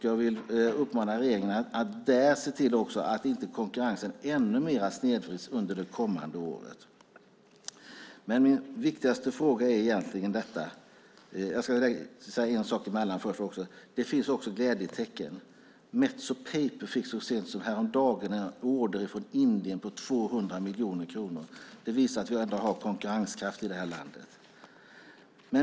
Jag vill uppmana regeringen att se till att konkurrensen inte snedvrids ännu mer under det kommande året. Det finns också glädjetecken. Metso Paper fick så sent som häromdagen en order från Indien på 200 miljoner kronor. Det visar att vi har konkurrenskraft i det här landet.